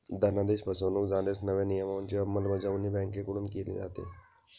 धनादेश फसवणुक झाल्यास नव्या नियमांची अंमलबजावणी बँकांकडून केली जाते